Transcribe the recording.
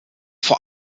vor